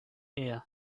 ear